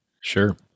Sure